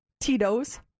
Tito's